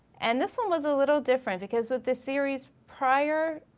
and this one was a little different because with the series prior,